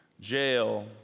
jail